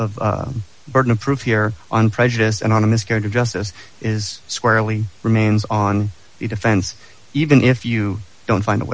of burden of proof here on prejudice and on a miscarriage of justice is squarely remains on the defense even if you don't find